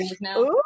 now